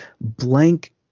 blank